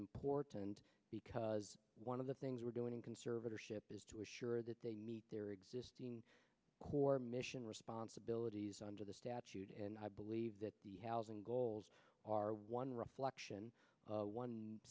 in portent because one of the things we're doing in conservatorship is to ensure that they meet their existing core mission responsibilities under the statute and i believe that the housing goals are one reflection one